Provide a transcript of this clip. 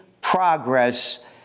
Progress